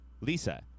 Lisa